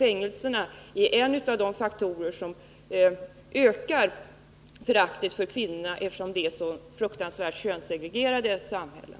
Fängelsevistelse är en av de faktorer som ökar föraktet för kvinnorna, eftersom fängelserna är så fruktansvärt könssegregerade samhällen.